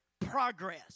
progress